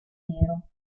nero